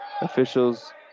Officials